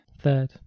Third